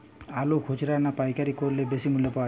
আলু খুচরা না পাইকারি করলে বেশি মূল্য পাওয়া যাবে?